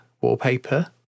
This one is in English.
wallpaper